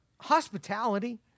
hospitality